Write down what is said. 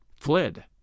fled